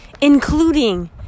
including